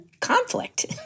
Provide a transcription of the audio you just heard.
Conflict